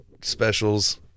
specials